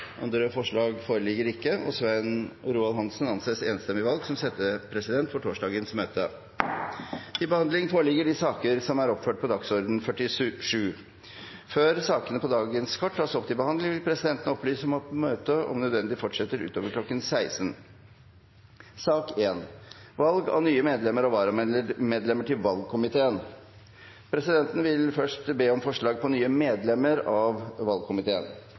Andre forslag foreligger ikke, og Svein Roald Hansen anses enstemmig valgt som settepresident for torsdagens møte. Før sakene på dagens kart tas opp til behandling, vil presidenten opplyse om at møtet om nødvendig fortsetter utover kl. 16. Presidenten ber først om forslag til nye medlemmer av valgkomiteen.